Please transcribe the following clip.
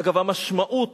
אגב, המשמעות